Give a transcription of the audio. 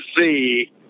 see